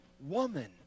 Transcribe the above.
woman